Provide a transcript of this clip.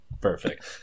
Perfect